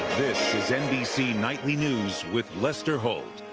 this is nbc nightly news with lester holt